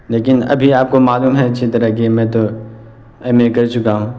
لیکن ابھی آپ کو معلوم ہے اچھی طرح کہ میں تو ایم اے کر چکا ہوں